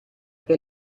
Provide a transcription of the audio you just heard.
che